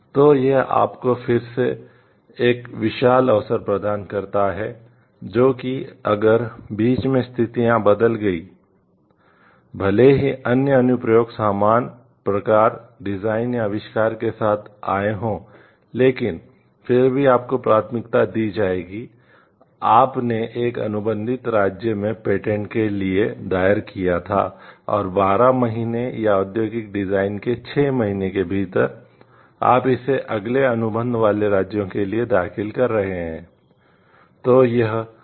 तो यह आपको फिर से एक विशाल अवसर प्रदान करता है जो कि अगर बीच में स्थितियां बदल गई हैं भले ही अन्य अनुप्रयोग समान प्रकार डिजाइन या आविष्कार के साथ आए हों लेकिन फिर भी आपको प्राथमिकता दी जाएगी आपने एक अनुबंधित राज्य में पेटेंट के लिए दायर किया था और 12 महीने या औद्योगिक डिजाइन के लिए 6 महीने के भीतर आप इसे अगले अनुबंध वाले राज्यों के लिए दाखिल कर रहे हैं